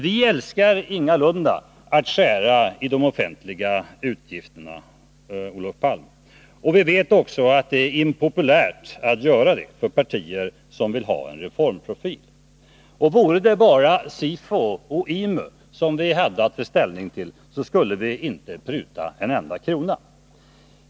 Vi älskar ingalunda att skära i de offentliga utgifterna, Olof Palme, och vi vet också att det är impopulärt att göra det för partier som vill ha en reformprofil. Och vore det bara SIFO och IMU som vi hade att ta ställning till skulle vi inte pruta en enda krona.